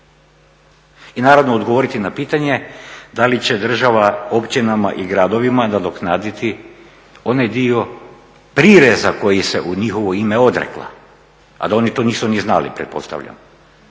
i naravno odgovoriti na pitanje da li će država općinama i gradovima nadoknaditi onaj dio prireza kojih se u njihovo ime odrekla a da oni to nisu ni znali pretpostavljam